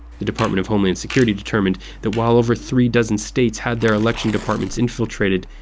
the department of homeland security determined that while over three dozen states had their election departments infiltrated,